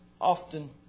often